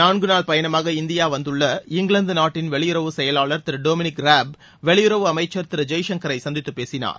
நான்கு நாள் பயணமாக இந்தியா வந்துள்ள இங்கிலாந்து நாட்டின் வெளியுறவு செயலாளர் திரு டொமினிக் ராப் வெளியுறவு அமைச்சர் திரு ஜெய்சங்கரை சந்தித்து பேசினார்